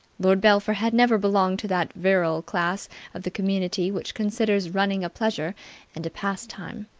lord belpher had never belonged to that virile class of the community which considers running a pleasure and a pastime.